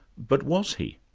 but was he?